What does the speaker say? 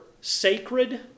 sacred